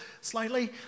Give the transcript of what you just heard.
slightly